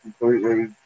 completely